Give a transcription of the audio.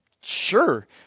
Sure